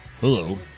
Hello